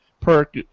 perk